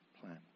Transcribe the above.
plan